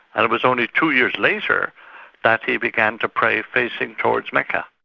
and it was only two years later that he began to pray facing towards mecca.